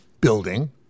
building